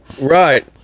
right